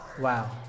Wow